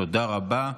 תודה רבה.